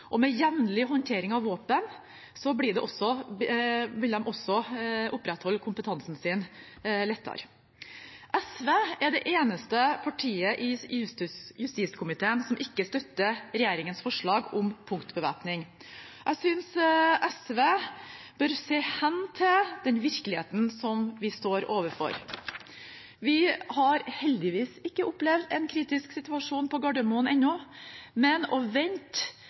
og med jevnlig håndtering av våpen vil de også lettere opprettholde kompetansen sin. SV er det eneste partiet i justiskomiteen som ikke støtter regjeringens forslag om punktbevæpning. Jeg synes SV bør se hen til den virkeligheten vi står overfor. Vi har heldigvis ikke opplevd en kritisk situasjon på Gardermoen ennå, men å vente